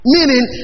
Meaning